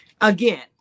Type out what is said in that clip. Again